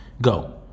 go